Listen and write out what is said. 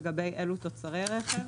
לגבי אילו תוצרי רכב,